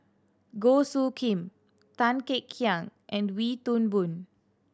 Goh Soo Khim Tan Kek Hiang and Wee Toon Boon